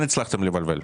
כן הצלחתם לבלבל.